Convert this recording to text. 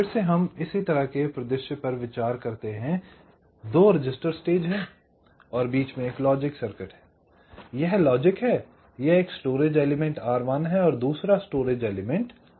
फिर से हम इसी तरह के परिदृश्य पर विचार करते हैं दो रजिस्टर स्टेज हैं और बीच में एक लॉजिक सर्किट है यह लॉजिक है यह एक स्टोरेज एलीमेंट R1 है और दूसरा स्टोरेज एलीमेंट R2 है